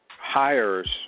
hires